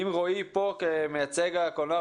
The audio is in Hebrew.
אם רועי כאן כמייצג הקולנוע,